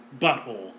butthole